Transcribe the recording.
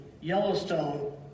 Yellowstone